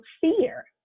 fear